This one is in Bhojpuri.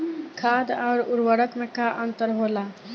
खाद्य आउर उर्वरक में का अंतर होला?